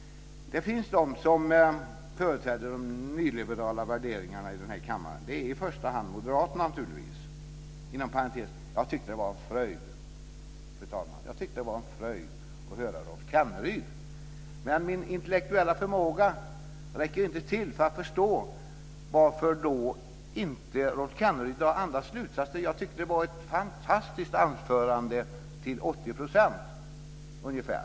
Det finns de som företräder nyliberala värderingar i den här kammaren, och det är i första hand moderaterna. Fru talman! Inom parentes vill jag säga att jag tyckte att det var en fröjd att höra Rolf Kenneryd. Men min intellektuella förmåga räcker inte till för att förstå varför Rolf Kenneryd inte drar andra slutsatser. Jag tyckte att det till 80 % var ett fantastiskt anförande.